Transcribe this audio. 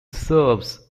serves